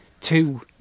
two